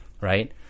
right